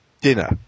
dinner